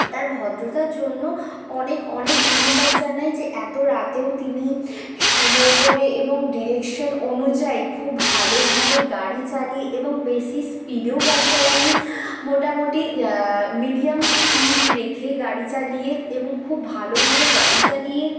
তার ভদ্রতার জন্য অনেক অনেক ধন্যবাদ জানাই যে এত রাতেও তিনি সময় করে এবং ডিরেকশন অনুযায়ী খুব ভালোভাবে গাড়ি চালিয়ে এবং বেশি স্পীডেও গাড়ি চালাননি মোটামুটি মিডিয়াম স্পীড রেখে গাড়ি চালিয়ে এবং খুব ভালোভাবে গাড়ি চালিয়ে